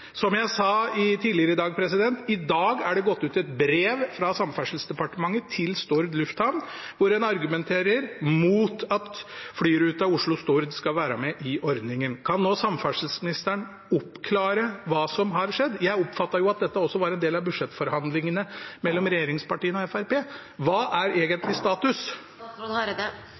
Som jeg sa tidligere i dag: I dag er det gått ut et brev fra Samferdselsdepartementet til Stord lufthavn hvor en argumenterer mot at flyruta Oslo–Stord skal være med i ordningen. Kan nå samferdselsministeren oppklare hva som har skjedd? Jeg oppfattet at dette også var en del av budsjettforhandlingene mellom regjeringspartiene og Fremskrittspartiet. Hva er egentlig status?